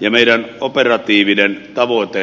ja meidän operatiivinen tavoitteemme erilaisissa tehtävissä